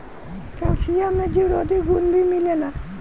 calcium में जीवरोधी गुण भी मिलेला